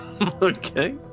Okay